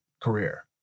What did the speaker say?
Career